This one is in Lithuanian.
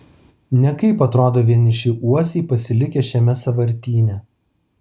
nekaip atrodo vieniši uosiai pasilikę šiame sąvartyne